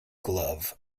glove